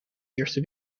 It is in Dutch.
eerste